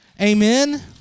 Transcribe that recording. Amen